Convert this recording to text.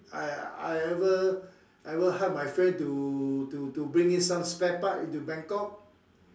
I I ever I ever help my friend to to bring in some spare parts into Bangkok